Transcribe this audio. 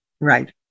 Right